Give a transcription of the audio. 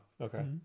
okay